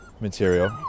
material